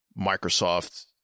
Microsoft